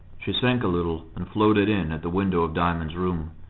she sank a little, and floated in at the window of diamond's room.